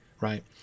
Right